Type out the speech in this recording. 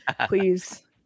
please